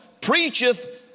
preacheth